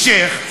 אלשיך,